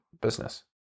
business